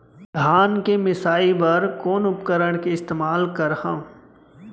धान के मिसाई बर कोन उपकरण के इस्तेमाल करहव?